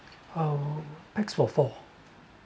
uh pax for four